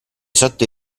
sotto